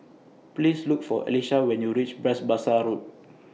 Please Look For Elisha when YOU REACH Bras Basah Road